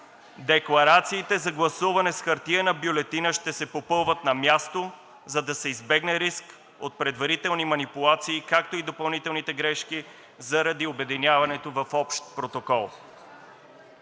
декларациите за гласуване с хартиена бюлетина ще се попълват на място, за да се избегне риск от предварителни манипулации, както и допълнителните грешки заради обединяването в общ протокол.